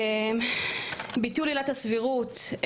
ביטול עילת הסבירות,